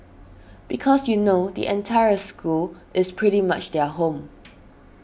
because you know the entire school is pretty much their home